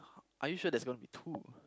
are you sure there's gonna be two